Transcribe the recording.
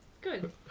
Good